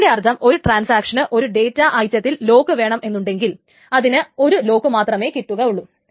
അതിന്റെ അർത്ഥം ഒരു ട്രാൻസാക്ഷന് ഒരു ഡേറ്റാ ഐറ്റത്തിൽ ലോക്ക് വേണമെന്നുണ്ടെങ്കിൽ അതിന് ഒരു ലോക്കുമാത്രമെ കിട്ടുകയുള്ളു